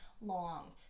long